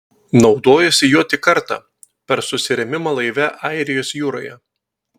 naudojosi juo tik kartą per susirėmimą laive airijos jūroje